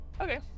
Okay